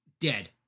dead